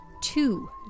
two